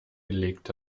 gelegt